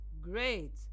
Great